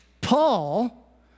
Paul